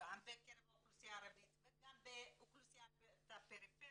גם בקרב האוכלוסייה הערבית וגם באוכלוסייה בפריפריה,